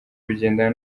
bigendana